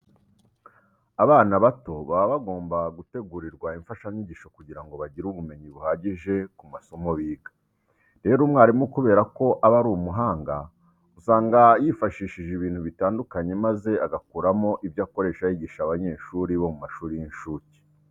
Abana bato baba bagomba gutegurirwa imfashanyigisho kugira ngo bagire ubumenyi buhagije ku masomo biga. Rero umwarimu kubera ko aba ari umuhanga usanga yifashishije ibintu bitandukanye maze agakuramo ibyo akoresha yigisha abanyeshuri bo mu mashuri y'incuke.